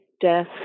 death